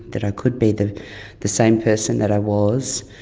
that i could be the the same person that i was,